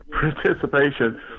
participation